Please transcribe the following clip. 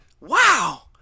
Wow